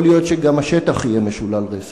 יכול להיות שגם השטח יהיה משולל רסן.